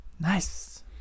nice